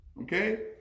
okay